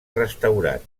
restaurat